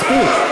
מספיק.